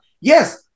Yes